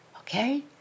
Okay